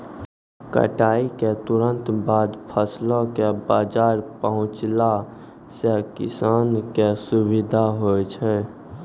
कटाई क तुरंत बाद फसल कॅ बाजार पहुंचैला सें किसान कॅ सुविधा होय छै